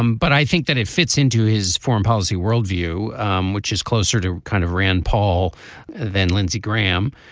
um but i think that it fits into his foreign policy worldview um which is closer to kind of rand paul than lindsey graham.